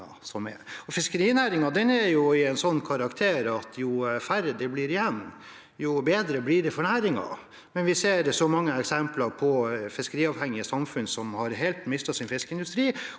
Fiskerinæringen er av en sånn karakter at jo færre det blir igjen, jo bedre blir det for næringen, men vi ser mange eksempler på fiskeriavhengige samfunn som helt har mistet sin fiskeindustri